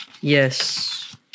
Yes